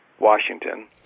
Washington